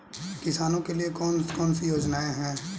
किसानों के लिए कौन कौन सी योजनाएं हैं?